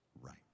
right